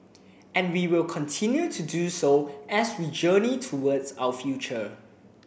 and we will continue to do so as we journey towards our future